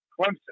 Clemson